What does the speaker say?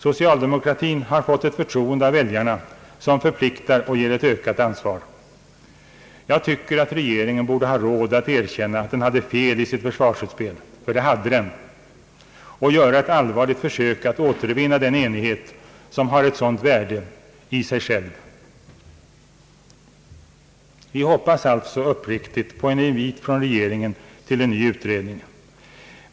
Socialdemokratin har fått ett förtroende av väljarna som förpliktar och ger ett ökat ansvar. Jag tycker regeringen borde ha råd att erkänna att den hade fel i sitt försvarsutspel — ty det hade den — och göra ett allvarligt försök att återvinna den enighet, som har ett sådant värde i sig själv. Vi hoppas alltså uppriktigt på en invit från regeringen till en ny utredning.